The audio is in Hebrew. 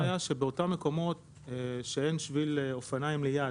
הרעיון היה שבאותם מקומות שאין שביל אופניים ליד,